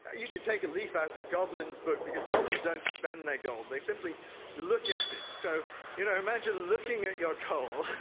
you should take a leaf out of the goblins' book because goblins don't spend their gold, they simply look at it. so you know imagine looking at your coal